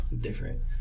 different